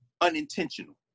unintentional